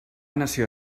nació